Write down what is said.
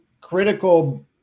critical